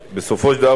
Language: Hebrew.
בסופו של דבר,